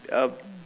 uh